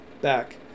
back